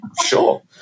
Sure